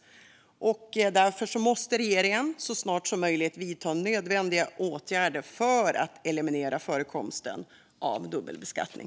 Därför måste regeringen så snart som möjligt vidta nödvändiga åtgärder för att eliminera förekomsten av dubbelbeskattning.